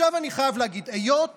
עכשיו אני חייב להגיד, היות